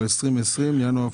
מי נמנע?